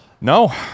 No